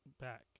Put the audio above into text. back